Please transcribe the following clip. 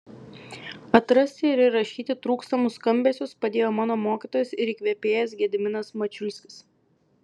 atrasti ir įrašyti trūkstamus skambesius padėjo mano mokytojas ir įkvėpėjas gediminas mačiulskis